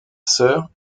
sœur